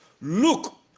look